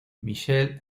michelle